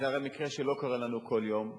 זה הרי מקרה שלא קורה לנו כל יום,